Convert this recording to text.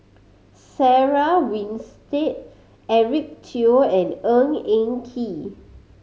Sarah Winstedt Eric Teo and Ng Eng Kee